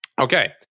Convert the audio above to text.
okay